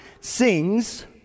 sings